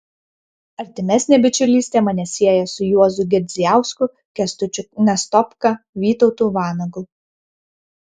artimesnė bičiulystė mane sieja su juozu girdzijausku kęstučiu nastopka vytautu vanagu